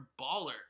baller